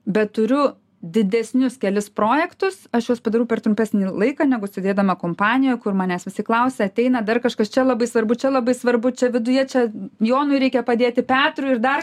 bet turiu didesnius kelis projektus aš juos padarau per trumpesnį laiką negu sėdėdama kompanijoj kur manęs visi klausia ateina dar kažkas čia labai svarbu čia labai svarbu čia viduje čia jonui reikia padėti petrui ir dar